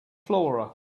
flora